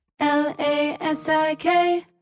Lasik